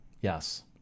Yes